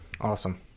Awesome